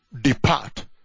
Depart